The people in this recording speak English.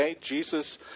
Jesus